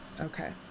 Okay